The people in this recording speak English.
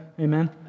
Amen